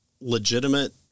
legitimate